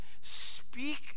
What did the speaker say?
Speak